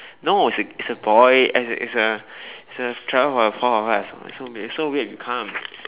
no it's a it's a boy as in it's a it's a travel for the four of us it's so weird it's so weird if you come